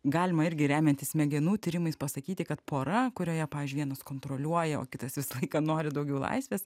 galima irgi remiantis smegenų tyrimais pasakyti kad pora kurioje pavyzdžiui vienas kontroliuoja o kitas visą laiką nori daugiau laisvės